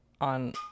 on